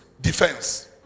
defense